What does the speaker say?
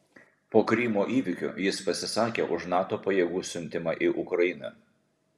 po krymo įvykių jis pasisakė už nato pajėgų siuntimą į ukrainą